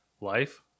Life